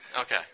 Okay